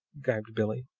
gibed billie.